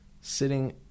sitting